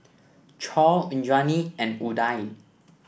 Choor Indranee and Udai